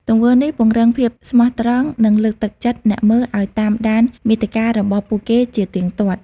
ទង្វើនេះពង្រឹងភាពស្មោះត្រង់ និងលើកទឹកចិត្តអ្នកមើលឱ្យតាមដានមាតិការបស់ពួកគេជាទៀងទាត់។